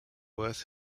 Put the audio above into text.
worth